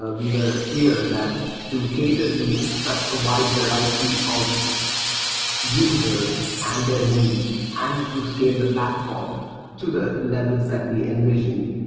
ah we were clear that to cater to such a wide variety of users and their needs and to scale the platform to the levels that we envisioned,